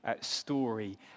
story